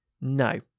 No